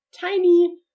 tiny